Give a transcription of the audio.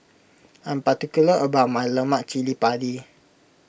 I'm particular about my Lemak Cili Padi